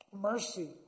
Mercy